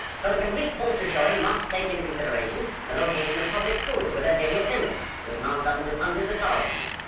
so the complete poster showing must take into consideration the location of public schools with their daily attendance, which amounts up to hundreds of thousands.